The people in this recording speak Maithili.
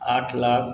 आठ लाख